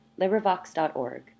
LibriVox.org